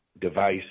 device